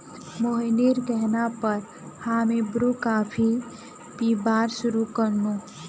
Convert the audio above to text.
मोहिनीर कहना पर हामी ब्रू कॉफी पीबार शुरू कर नु